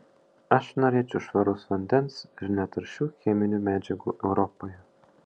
aš norėčiau švaraus vandens ir netaršių cheminių medžiagų europoje